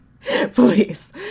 please